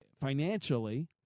financially